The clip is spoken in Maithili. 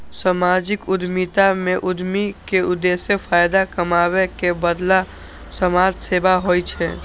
सामाजिक उद्यमिता मे उद्यमी के उद्देश्य फायदा कमाबै के बदला समाज सेवा होइ छै